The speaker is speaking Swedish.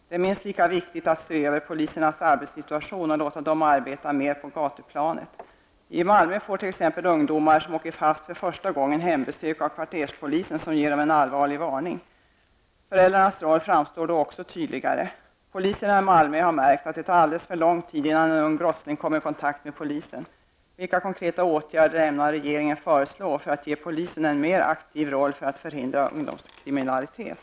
Det är minst lika viktigt att se över polisernas arbetssituation och låta dem arbeta mer på gatuplanet. I Malmö får t.ex. ungdomar som åker fast för första gången hembesök av kvarterspolisen, som ger dem en allvarlig varning. Föräldrarnas roll framstår då också tydligare. Poliserna i Malmö har märkt att det tar alldeles för lång tid innan en ung brottsling kommer i kontakt med polisen. Vilka konkreta åtgärder ämnar regeringen föreslå för att ge polisen en mer aktiv roll för att förhindra ungdomskriminalitet?